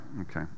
Okay